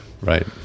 right